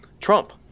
Trump